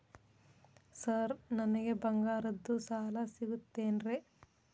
Sir ನನಗೆ ಬಂಗಾರದ್ದು ಸಾಲ ಸಿಗುತ್ತೇನ್ರೇ?